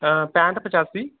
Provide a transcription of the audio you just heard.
ਪੈਂਹਠ ਪਚਾਸੀ